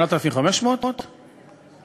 הצעת חוק הדיור הציבורי (זכויות רכישה)